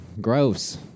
Gross